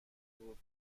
بود